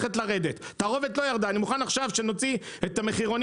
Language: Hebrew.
אני מוכן עכשיו שנוציא את המחירונים